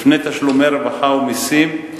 לפני תשלומי רווחה ומסים,